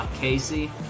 Casey